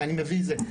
שאני מביא זה.